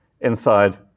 inside